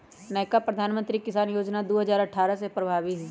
नयका प्रधानमंत्री किसान जोजना दू हजार अट्ठारह से प्रभाबी हइ